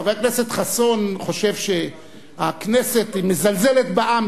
חבר הכנסת חסון חושב שהכנסת מזלזלת בעם,